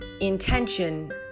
intention